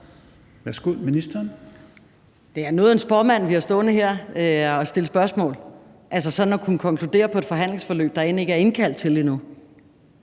Rosenkrantz-Theil): Det er noget af en spåmand, vi har stående her til at stille spørgsmål, altså i forhold til sådan at kunne konkludere på et forhandlingsforløb, der end ikke er indkaldt til endnu.